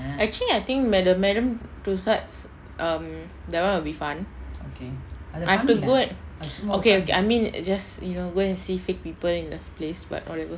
actually I think madame madame toussaud's um that one would be fine I have to go and okay I mean it's just you know go and see fake people in the place but whatever